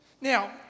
Now